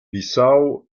bissau